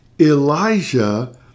Elijah